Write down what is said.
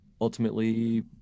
ultimately